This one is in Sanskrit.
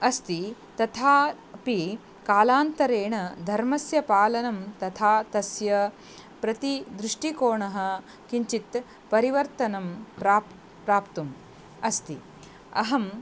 अस्ति तथापि कालान्तरेण धर्मस्य पालनं तथा तस्य प्रतिदृष्टिकोनः किञ्चित् परिवर्तनं प्राप प्राप्तुम् अस्ति अहं